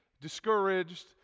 discouraged